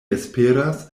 esperas